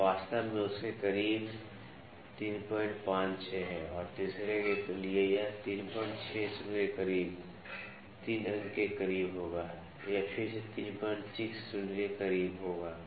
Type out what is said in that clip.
यह वास्तव में उसके करीब 356 है और तीसरे के लिए यह 360 के करीब 3 अंक के करीब होगा यह फिर से 360 के करीब होगा